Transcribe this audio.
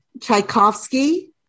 Tchaikovsky